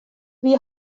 wie